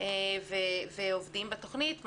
ועובדים בתוכנית,